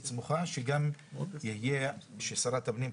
סמוכה יהיה גם ממונה על ידי שרת הפנים,